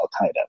Al-Qaeda